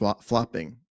flopping